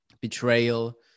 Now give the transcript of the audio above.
betrayal